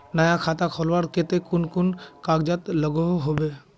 नया खाता खोलवार केते कुन कुन कागज लागोहो होबे?